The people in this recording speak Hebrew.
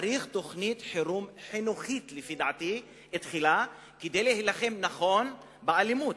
צריך תוכנית חירום חינוכית כדי להילחם נכון באלימות.